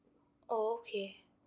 oh okay